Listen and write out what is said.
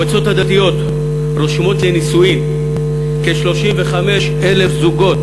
המועצות הדתיות רושמות לנישואים כ-35,000 זוגות,